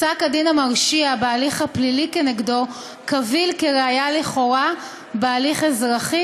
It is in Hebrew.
פסק-הדין המרשיע בהליך הפלילי נגדו קביל כראיה לכאורה בהליך אזרחי,